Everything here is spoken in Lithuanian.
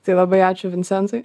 tai labai ačiū vincentui